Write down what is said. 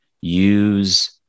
Use